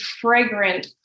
fragrant